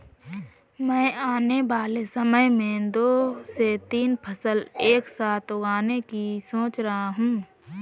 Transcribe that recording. मैं आने वाले समय में दो से तीन फसल एक साथ उगाने की सोच रहा हूं